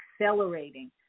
accelerating